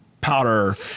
powder